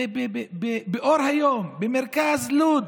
לאור היום, במרכז לוד,